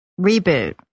Reboot